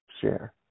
share